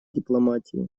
дипломатии